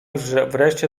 wreszcie